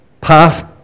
past